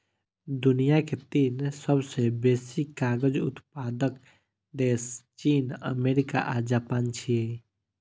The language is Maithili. दुनिया के तीन सबसं बेसी कागज उत्पादक देश चीन, अमेरिका आ जापान छियै